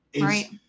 Right